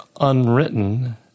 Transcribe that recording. Unwritten